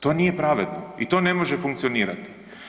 To nije pravedno i to ne može funkcionirati.